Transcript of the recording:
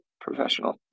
professional